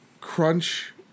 crunch